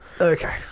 Okay